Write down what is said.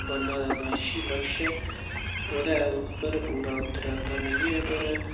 बनने आह्ला अच्छी लबश ऐ ओह्दे उप्पर पूरा उतरा दा निं ऐ पर